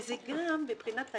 מבחינת העיתוי,